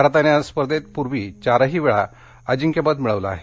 भारतानं या स्पर्धेत पूर्वी चारही वेळा अजिंक्यपद मिळवलं आहे